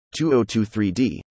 2023d